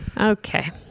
okay